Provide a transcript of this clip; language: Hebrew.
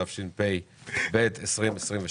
התשפ"ב-2022.